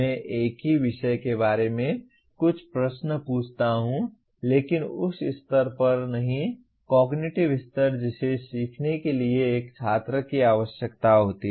मैं एक ही विषय के बारे में कुछ प्रश्न पूछता हूं लेकिन उस स्तर पर नहीं कॉग्निटिव स्तर जिसे सीखने के लिए एक छात्र की आवश्यकता होती है